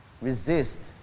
resist